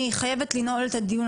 אני חייבת לנעול את הדיון,